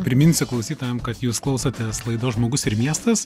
priminsiu klausytojam kad jūs klausotės laidos žmogus ir miestas